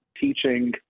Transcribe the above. teaching